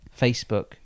Facebook